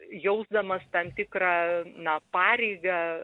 jausdamas tam tikrą na pareigą